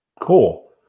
Cool